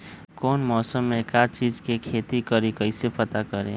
कौन मौसम में का चीज़ के खेती करी कईसे पता करी?